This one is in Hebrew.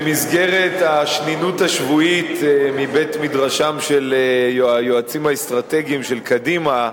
שבמסגרת השנינות השבועית מבית-מדרשם של היועצים האסטרטגיים של קדימה,